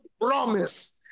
promise